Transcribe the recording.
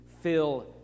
fill